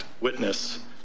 witness